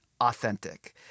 authentic